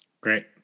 Great